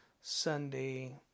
Sunday